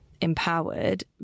empowered